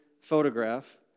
photograph